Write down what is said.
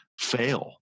fail